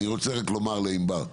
אני רוצה רק לומר לענבר.